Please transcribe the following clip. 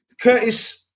Curtis